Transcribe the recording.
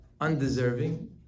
undeserving